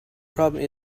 problem